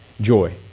joy